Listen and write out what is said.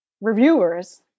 reviewers